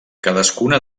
cadascuna